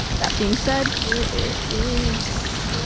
that being said, here it is.